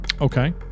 Okay